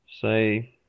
say